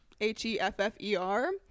H-E-F-F-E-R